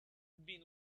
been